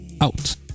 out